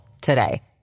today